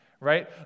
right